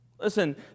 Listen